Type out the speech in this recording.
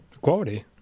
Quality